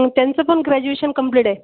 त्यांच पण graduation complete आहे